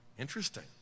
Interesting